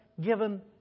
given